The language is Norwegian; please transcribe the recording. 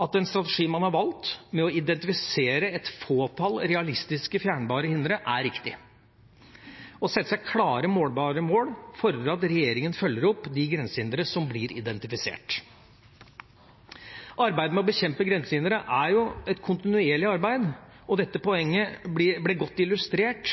at den strategien man har valgt med å identifisere et fåtall realistisk fjernbare hindre, er riktig. Å sette seg klare målbare mål fordrer at regjeringa følger opp de grensehindre som blir identifisert. Arbeidet med å bekjempe grensehindre er et kontinuerlig arbeid, og dette poenget ble godt illustrert